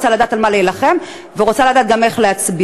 רוצה לדעת על מה להילחם ורוצה לדעת גם איך להצביע.